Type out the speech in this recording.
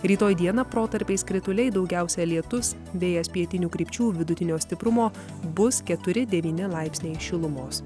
rytoj dieną protarpiais krituliai daugiausia lietus vėjas pietinių krypčių vidutinio stiprumo bus keturi devyni laipsniai šilumos